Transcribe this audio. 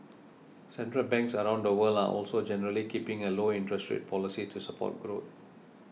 central banks around the world are also generally keeping a low interest rate policy to support growth